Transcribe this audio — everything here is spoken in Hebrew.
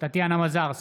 טטיאנה מזרסקי,